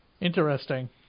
Interesting